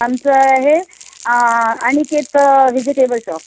आमचं आहे Aniket vegetable shop